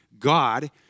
God